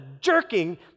jerking